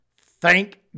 Thank